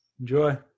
enjoy